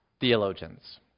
theologians